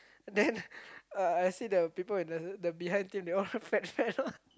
then uh I see people the the behind team they all fat fat one